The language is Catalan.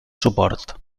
suport